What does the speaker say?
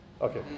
Okay